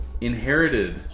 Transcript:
inherited